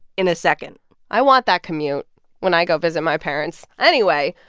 in a second i want that commute when i go visit my parents. anyway,